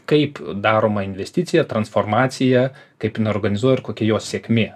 kaip daroma investicija transformacija kaip jin organizuoja ir kokia jos sėkmė